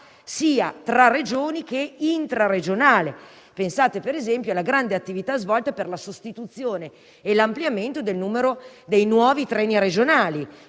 sia tra Regioni che a livello intraregionale. Pensate, per esempio, alla grande attività svolta per la sostituzione e l'ampliamento del numero dei nuovi treni regionali,